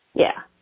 yeah,